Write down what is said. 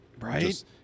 right